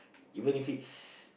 even if it's